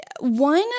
One